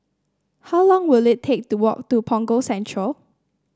how long will it take to walk to Punggol Central